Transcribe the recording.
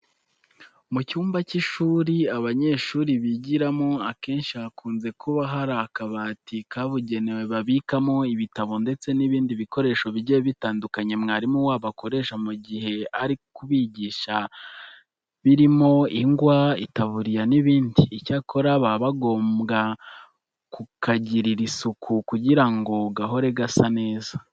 Mu cyumba cy'ishuri abanyeshuri bigiramo akenshi hakunze kuba hari akabati kabugenewe babikamo ibitabo ndetse n'ibindi bikoresho bigiye bitandukanye mwarimu wabo akoresha mu gihe ari kubigisha birimo ingwa, itaburiya n'ibindi. Icyakora baba bagombwa kukagirira isuku kugira ngo gahore gasa neza.